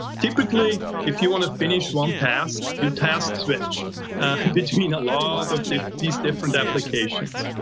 typically, if you want to finish one task, you task switch between a lot of these different applications.